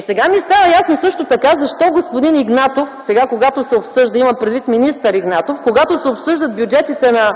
Сега ми става ясно също така защо господин Игнатов – имам предвид министър Игнатов, сега когато се обсъждат бюджетите на